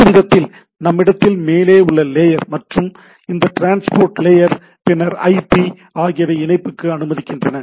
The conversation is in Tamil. ஒரு விதத்தில் நம்மிடம் மேலே உள்ள லேயர் மற்றும் இந்த ட்ரான்ஸ்போர்ட் லேயர் பின்னர் ஐபி ஆகியவை இணைப்புக்கு அனுமதிக்கின்றன